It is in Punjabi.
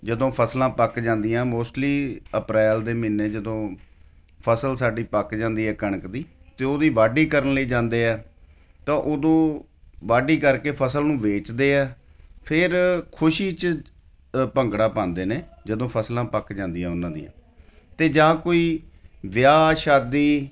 ਜਦੋਂ ਫ਼ਸਲਾਂ ਪੱਕ ਜਾਂਦੀਆਂ ਮੋਸਟਲੀ ਅਪ੍ਰੈਲ ਦੇ ਮਹੀਨੇ ਜਦੋਂ ਫ਼ਸਲ ਸਾਡੀ ਪੱਕ ਜਾਂਦੀ ਹੈ ਕਣਕ ਦੀ ਅਤੇ ਉਹਦੀ ਵਾਢੀ ਕਰਨ ਲਈ ਜਾਂਦੇ ਹੈ ਤਾਂ ਉਦੋਂ ਵਾਢੀ ਕਰਕੇ ਫ਼ਸਲ ਨੂੰ ਵੇਚਦੇ ਹੈ ਫਿਰ ਖੁਸ਼ੀ 'ਚ ਭੰਗੜਾ ਪਾਉਂਦੇ ਨੇ ਜਦੋਂ ਫ਼ਸਲਾਂ ਪੱਕ ਜਾਂਦੀਆਂ ਉਹਨਾਂ ਦੀਆਂ ਅਤੇ ਜਾਂ ਕੋਈ ਵਿਆਹ ਸ਼ਾਦੀ